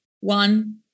One